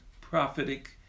prophetic